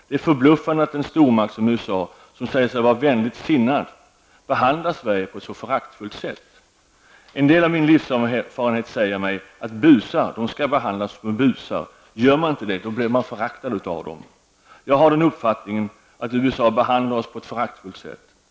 Det är förbluffande att en stormakt som USA, som säger sig vara vänligt sinnad, behandlar Sverige på ett så föraktfullt sätt. En del av min livserfarenhet säger mig att busar skall behandlas som busar. Gör man inte det, blir man föraktad av dem. Jag har den uppfattningen att USA behandlar oss på ett föraktfullt sätt.